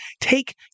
take